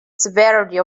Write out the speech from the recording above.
severity